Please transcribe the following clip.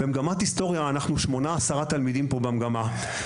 במגמת היסטוריה אנחנו 8 10 תלמידים פה במגמה.